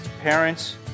parents